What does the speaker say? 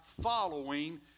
following